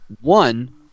One